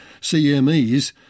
CMEs